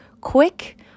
quick